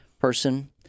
person